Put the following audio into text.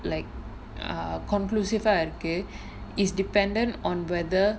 like a conclusive ah இருக்கு:iruku is dependent on whether